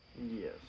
Yes